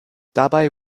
dabei